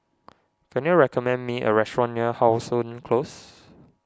can you recommend me a restaurant near How Sun Close